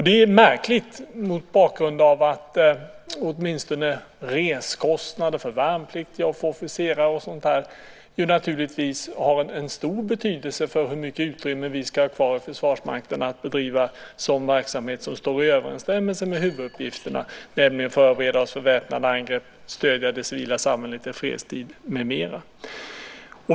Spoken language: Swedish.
Det är märkligt mot bakgrund av att åtminstone reskostnader för värnpliktiga och officerare naturligtvis har en stor betydelse för hur mycket utrymme vi ska ha kvar i Försvarsmakten att bedriva sådan verksamhet som står i överensstämmelse med huvuduppgifterna, nämligen förbereda oss för väpnade angrepp, stödja det civila samhället i fredstid med mera.